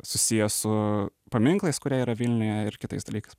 susiję su paminklais kurie yra vilniuje ir kitais dalykais